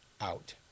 out